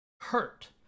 hurt